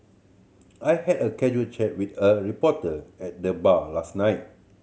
I had a casual chat with a reporter at the bar last night